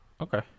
Okay